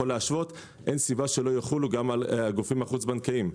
להשוות אין סיבה שלא יחולו גם על הגופים החוץ בנקאיים.